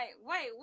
wait